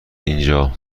اینجا